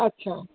अच्छा